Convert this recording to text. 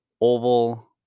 oval